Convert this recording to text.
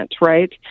Right